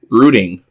rooting